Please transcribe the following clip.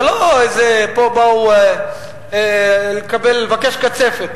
זה לא איזה, פה באו לבקש קצפת.